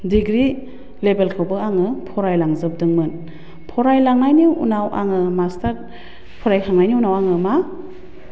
degree लेबेलखौबो आङो फरायलांजोबदोंमोन फरायलांनायनि उनाव आङो मास्टार फरायखांनायनि उनाव आङो मा